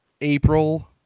April